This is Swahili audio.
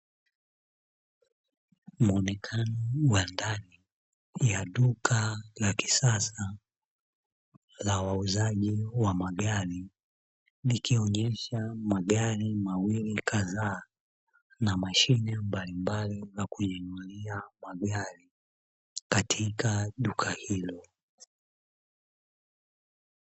Muonekano wa ndani ya duka la kisasa la wauzaji wa magari likionyesha magari mawili kadhaa na mashine mbalimbali za kuinulia magari katika duka hilo.